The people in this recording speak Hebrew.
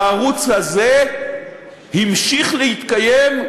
הערוץ הזה המשיך להתקיים,